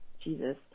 jesus